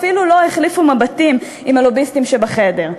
אפילו לא החליפו מבטים עם הלוביסטים שבחדר.